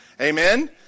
Amen